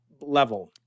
level